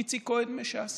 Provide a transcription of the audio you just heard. איציק כהן מש"ס.